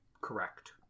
Correct